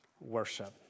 worship